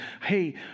hey